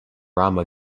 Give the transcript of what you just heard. rama